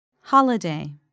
holiday